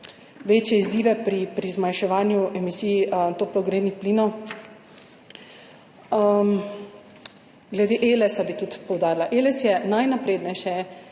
večje izzive pri zmanjševanju emisij toplogrednih plinov. Glede Elesa bi tudi poudarila, Eles je najnaprednejše